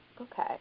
Okay